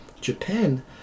Japan